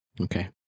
Okay